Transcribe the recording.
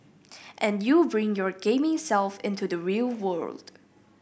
and you bring your gaming self into the real world